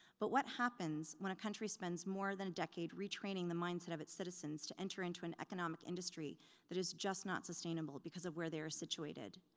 but what happens when a country spends more than a decade retraining the mindset of its citizens to enter into an economic industry that is just not sustainable because of where they are situated?